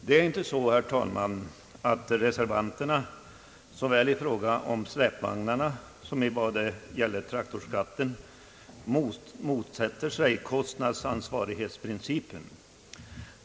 Det är inte så, herr talman, att reservanterna — i fråga om såväl släpvagnsskatten som traktorskatten — motsätter sig kostnadsansvarighetsprincipen.